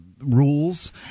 rules